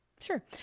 sure